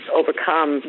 overcome